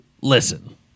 Listen